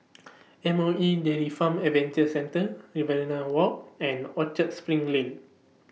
M O E Dairy Farm Adventure Centre Riverina Walk and Orchard SPRING Lane